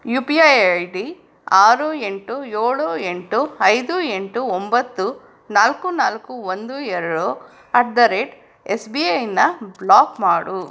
you P I I D ಆರು ಎಂಟು ಏಳು ಎಂಟು ಐದು ಎಂಟು ಒಂಬತ್ತು ನಾಲ್ಕು ನಾಲ್ಕು ಒಂದು ಎರಡು at the rate S B ಐನ ಬ್ಲಾಕ್ ಮಾಡು